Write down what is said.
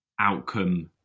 outcome